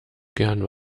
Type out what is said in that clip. gern